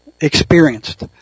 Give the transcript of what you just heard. experienced